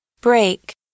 Break